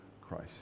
Christ